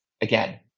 again